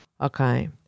Okay